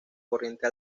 corriente